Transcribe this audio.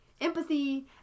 empathy